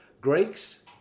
Greeks